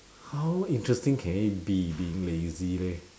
how interesting can it be being lazy leh